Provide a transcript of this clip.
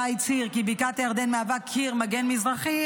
הצהיר כי בקעת הירדן מהווה קיר מגן מזרחי,